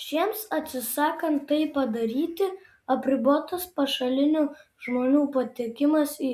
šiems atsisakant tai padaryti apribotas pašalinių žmonių patekimas į